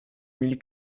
mille